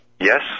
Yes